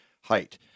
height